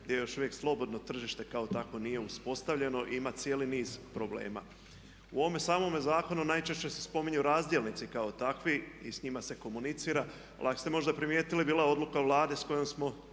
je još uvijek slobodno tržište kao takvo nije uspostavljeno i ima cijeli niz problema. U ovome samome zakonu najčešće se spominju razdjelnici kao takvi i s njima se komunicira. Ali ako ste možda primijetili bila je odluka Vlade s kojom smo